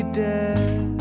dead